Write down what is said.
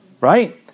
Right